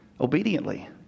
Obediently